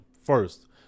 first